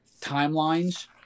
timelines